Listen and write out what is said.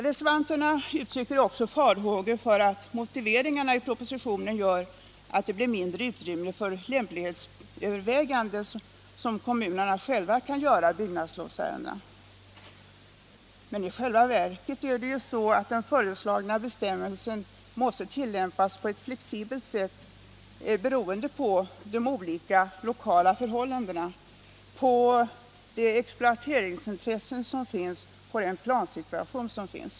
Reservanterna uttrycker också farhågor för att motiveringen i propositionen gör att det blir mindre utrymme för lämplighetsöverväganden som kommunerna själva kan göra i byggnadslovsärenden. Men i själva verket är det ju så att den föreslagna bestämmelsen måste tillämpas på ett flexibelt sätt på de olika lokala förhållandena, de exploateringsintressen och den plansituation som råder.